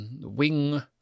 wing